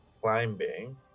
climbing